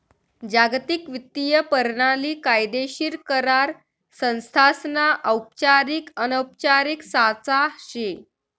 जागतिक वित्तीय परणाली कायदेशीर करार संस्थासना औपचारिक अनौपचारिक साचा शे